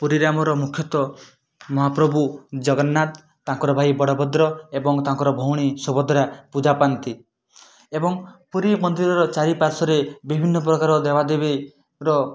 ପୁରୀରେ ଆମର ମୁଖ୍ୟତଃ ମହାପ୍ରଭୁ ଜଗନ୍ନାଥ ତାଙ୍କର ଭାଇ ବଡ଼ଭଦ୍ର ଏବଂ ତାଙ୍କର ଭଉଣୀ ସୁଭଦ୍ରା ପୂଜା ପାଆନ୍ତି ଏବଂ ପୁରୀ ମନ୍ଦିରର ଚାରିପାର୍ଶ୍ୱରେ ବିଭିନ୍ନ ପ୍ରକାର ଦେବାଦେବୀର